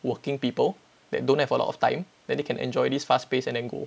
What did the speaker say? working people that don't have a lot of time then they can enjoy this fast paced and then go